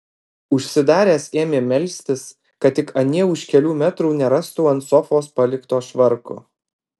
užsidaręs ėmė melstis kad tik anie už kelių metrų nerastų ant sofos palikto švarko